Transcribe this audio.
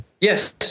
Yes